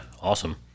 Awesome